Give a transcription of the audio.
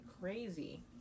crazy